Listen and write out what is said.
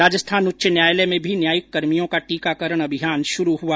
राजस्थान उच्च न्यायालय में भी न्यायिक कर्मियों का टीकाकरण अभियान शुरू हुआ